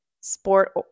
sport